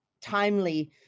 timely